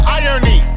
irony